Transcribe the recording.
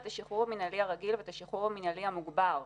השחרור המינהלי הרגיל ואת השחרור המינהלי המוגבר.